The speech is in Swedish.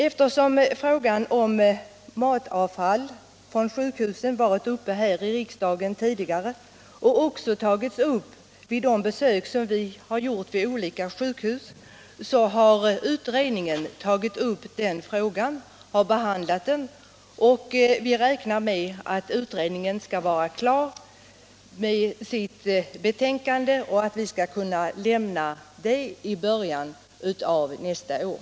Eftersom frågan om matavfall från sjukhusen varit uppe här i riksdagen tidigare och även tagits upp vid de besök som vi har gjort vid olika sjukhus, har utredningen behandlat också den frågan. Vi räknar med att utredningen skall vara klar med sitt betänkande och kunna lämna det i början av nästa år.